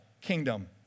kingdom